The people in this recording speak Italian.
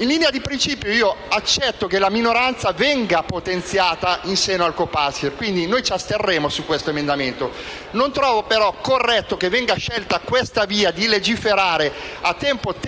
In linea di principio accetto che la minoranza venga potenziata in seno al Copasir (e quindi ci asterremo su questo emendamento), ma non trovo corretto che venga scelta questa via di legiferare a tempo determinato,